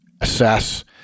assess